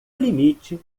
limite